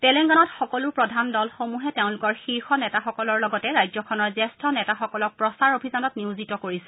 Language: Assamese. তেলেংগানাত সকলো প্ৰধান দলসমূহে তেওঁলোকৰ শীৰ্ষ নেতাসকলৰ লগতে ৰাজ্যখনৰ জ্যেষ্ঠ নেতাসকলক প্ৰচাৰ অভিযানত নিয়োজিত কৰিছে